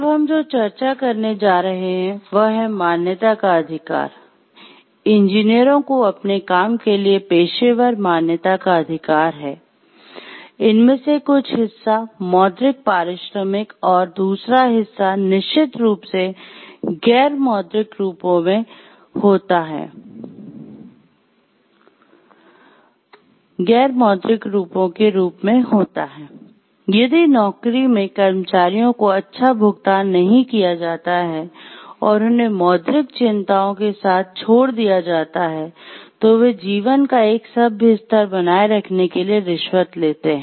अब हम जो चर्चा करने जा रहे हैं वह है "मान्यता का अधिकार" के साथ छोड़ दिया जाता है तो वे जीवन का एक सभ्य स्तर बनाए रखने के लिए रिश्वत लेते है